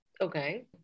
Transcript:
Okay